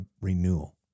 renewal